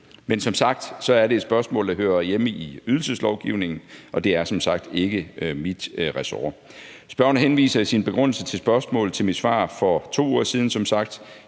Men som sagt er det et spørgsmål, der hører hjemme i ydelseslovgivningen, og det er ikke mit ressort. Spørgeren henviser i sin begrundelse for spørgsmålet til mit svar for 2 uger siden, som sagt.